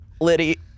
Liddy